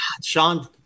Sean